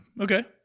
Okay